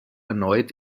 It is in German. erneut